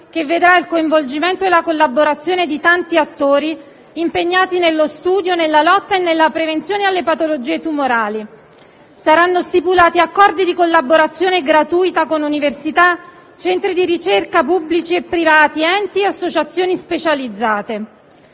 che vedrà il coinvolgimento e la collaborazione di tanti attori impegnati nello studio, nella lotta e nella prevenzione delle patologie tumorali. Saranno stipulati accordi di collaborazione gratuita con università, centri di ricerca pubblici e privati, enti e associazioni specializzate.